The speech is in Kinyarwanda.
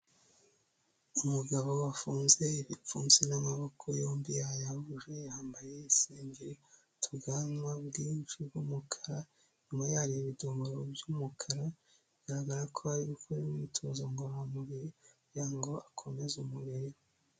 Umugabo wafunze ibipfunsi n'amaboko yombi yayahuje, yambaye isengeri, afite ubwanwa bwinshi bw'umukara inyuma yayo hari ibidumoro by'umukara bigaragara ko ari gukora imyitozo ngororamubiri kugira ngo akomeze umubiri we.